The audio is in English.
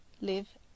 live